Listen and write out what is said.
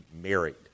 married